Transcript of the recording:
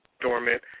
dormant